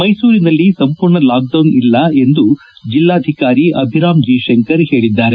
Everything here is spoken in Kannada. ಮೈಸೂರಿನಲ್ಲಿ ಸಂಪೂರ್ಣ ಲಾಕ್ಡೌನ್ ಇಲ್ಲ ಎಂದು ಜಿಲ್ಲಾಧಿಕಾರಿ ಅಭಿರಾಮ್ ಜಿ ಶಂಕರ್ ಹೇಳಿದ್ದಾರೆ